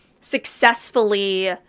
successfully